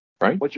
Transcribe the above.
Right